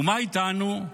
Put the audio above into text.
ומה איתנו?